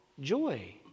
joy